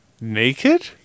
Naked